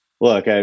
Look